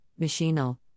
Machinal